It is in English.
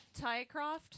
Tycroft